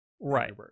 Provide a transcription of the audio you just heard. right